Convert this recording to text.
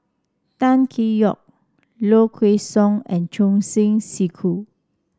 Tan Tee Yoke Low Kway Song and Choor Singh Sidhu